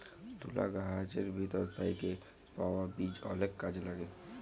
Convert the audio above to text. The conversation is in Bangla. তুলা গাহাচের ভিতর থ্যাইকে পাউয়া বীজ অলেক কাজে ল্যাগে